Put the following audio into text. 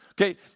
Okay